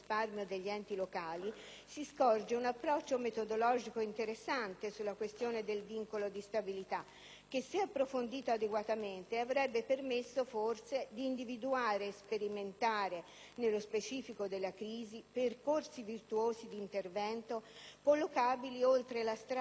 si scorge un approccio metodologico interessante sulla questione del vincolo di stabilità che, se approfondito adeguatamente, avrebbe permesso forse di individuare e sperimentare, nello specifico della crisi, percorsi virtuosi d'intervento collocabili oltre l'astratta, rigida difesa